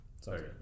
Sorry